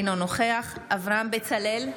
אינו נוכח אברהם בצלאל,